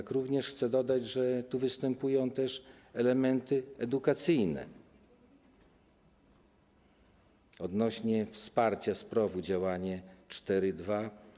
Chcę również dodać, że tu występują też elementy edukacyjne odnośnie do wsparcia z PROW, działania 4.2.